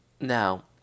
Now